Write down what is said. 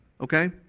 Okay